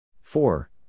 four